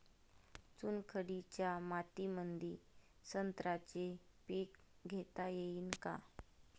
चुनखडीच्या मातीमंदी संत्र्याचे पीक घेता येईन का?